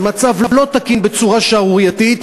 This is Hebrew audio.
זה מצב לא תקין בצורה שערורייתית.